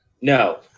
No